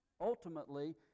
ultimately